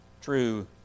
true